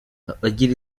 abagira